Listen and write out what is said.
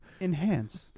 Enhance